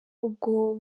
ubwo